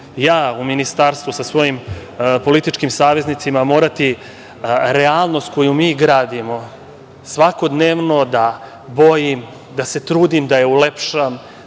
ja u Ministarstvu sa svojim političkim saveznicima morati realnost koju mi gradimo svakodnevno da bojim, da se trudim da je ulepšam,